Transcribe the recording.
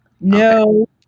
no